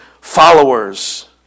followers